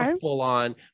full-on